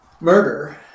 Murder